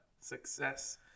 success